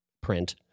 print